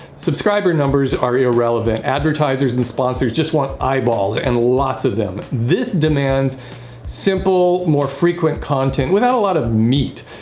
subscriber numbers are irrelevant. advertisers and sponsors just want eyeballs, and lots of them. this demands simple, more frequent content without a lot of meat.